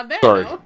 Sorry